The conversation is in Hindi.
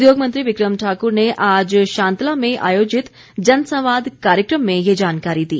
उद्योग मंत्री विक्रम ठाकुर ने आज शांतला में आयोजित जनसंवाद कार्यक्रम में ये जानकारी दी